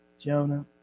Jonah